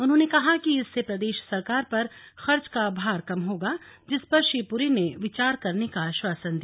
उन्होंने कहा कि इससे प्रदेश सरकार पर खर्च का भार कम होगा जिस पर श्री पुरी ने विचार करने का आश्वासन दिया